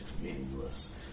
meaningless